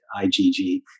IgG